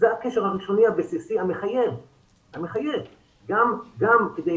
זה הקשר הראשוני הבסיסי המחייב גם כדי